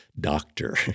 doctor